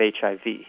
HIV